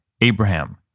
Abraham